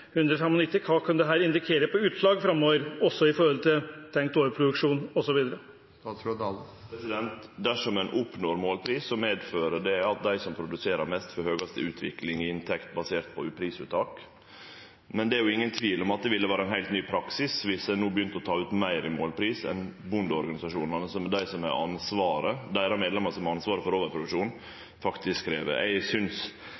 indikere på utslag framover, også med hensyn til tenkt overproduksjon osv.? Dersom ein oppnår målpris, medfører det at dei som produserer mest, får høgast utvikling i inntekt basert på prisuttak. Men det er jo ingen tvil om at det ville vere ein heilt ny praksis viss ein no begynte å ta ut meir i målpris enn det som bondeorganisasjonane, deira medlemer som har ansvaret for overproduksjon, faktisk krev. Eg synest det ville vere oppsiktsvekkjande, og eg er derfor glad for